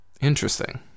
interesting